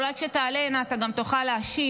אולי כשתעלה הנה אתה גם תוכל להשיב,